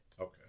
Okay